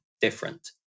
different